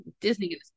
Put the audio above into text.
disney